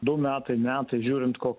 du metai metai žiūrint ko